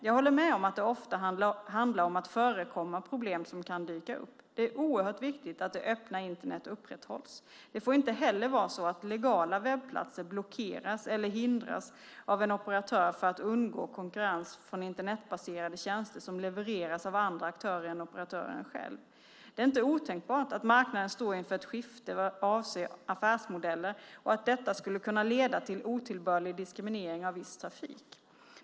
Jag håller med om att det ofta handlar om att förekomma problem som kan dyka upp. Det är oerhört viktigt att det öppna Internet upprätthålls. Det får inte heller vara så att legala webbplatser blockeras eller hindras av en operatör för att undgå konkurrens från Internetbaserade tjänster som levereras av andra aktörer än operatören själv. Det är inte otänkbart att marknaden står inför ett skifte vad avser affärsmodeller och att detta skulle kunna leda till otillbörlig diskriminering av viss trafik.